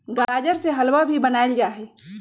गाजर से हलवा भी बनावल जाहई